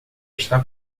está